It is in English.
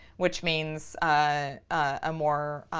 which means a ah more